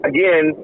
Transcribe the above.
Again